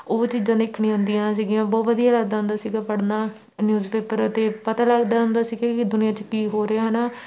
ਉਹ ਚੀਜ਼ਾਂ ਦੇਖਣੀਆ ਹੁੰਦੀਆਂ ਸੀਗੀਆਂ ਬਹੁਤ ਵਧੀਆ ਲੱਗਦਾ ਹੁੰਦਾ ਸੀਗਾ ਪੜ੍ਹਨਾ ਨਿਊਜ਼ ਪੇਪਰ ਅਤੇ ਪਤਾ ਲੱਗਦਾ ਹੁੰਦਾ ਸੀ ਕਿ ਦੁਨੀਆਂ 'ਚ ਕੀ ਹੋ ਰਿਹਾ ਹੈ ਨਾ